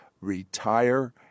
retire